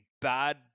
bad